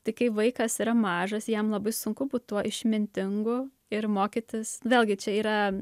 tai kai vaikas yra mažas jam labai sunku būt tuo išmintingu ir mokytis vėlgi čia yra